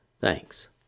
Thanks